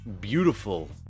beautiful